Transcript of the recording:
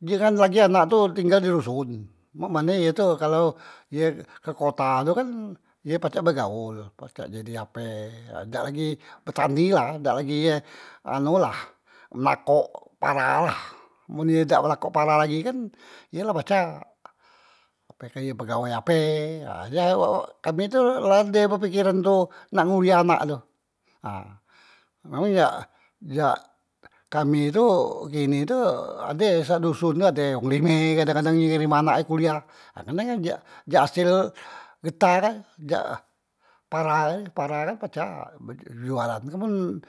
giliran lagi anak tu tinggal di doson, mak mane ye tu kalau ye ke kota tu kan ye pacak begaol, pacak jadi ape, dak lagi betani la dak lagi ye anu la nakok para lah, men ye dak nakok para lagi kan ye la pacak, apakah ye pegawai ape ha di ay kami tu la ade be pekeran tu, nak nguliah anak tu. nah memang jak jak kami tu kini tu ade sak doson tu ade wong lime kadang- kadang ngerem anak e kuliah, karne jak jak hasel getah kak jak para kak pacak bejualan kan mun.